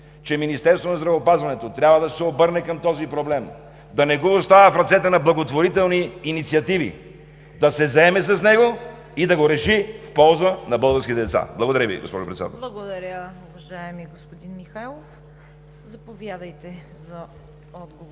че Министерството на здравеопазването трябва да се обърне към този проблем, да не го оставя на благотворителни инициативи, да се заеме с него и да го реши в полза на българските деца. Благодаря Ви, госпожо Председател. ПРЕДСЕДАТЕЛ ЦВЕТА КАРАЯНЧЕВА: Благодаря Ви, уважаеми господин Михайлов. Заповядайте за отговор,